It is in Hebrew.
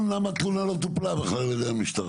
למה התלונה לא טופלה בכלל על ידי המשטרה.